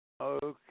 Okay